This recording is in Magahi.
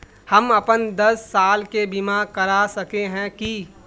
हम अपन दस साल के बीमा करा सके है की?